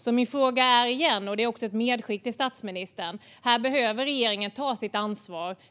Jag har därför ett medskick till statsministern: Här behöver regeringen ta sitt ansvar.